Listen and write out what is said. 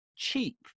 Cheap